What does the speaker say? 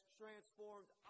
transformed